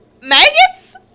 maggots